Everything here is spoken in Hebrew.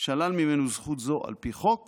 שלל ממנו זכות זו על פי חוק